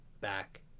back